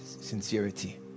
sincerity